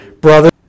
brother